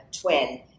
twin